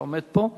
שעומד פה,